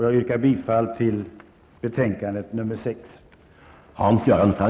Jag yrkar bifall till utskottets hemställan.